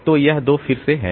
तो यह 2 फिर से है